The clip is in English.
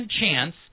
chance